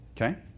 Okay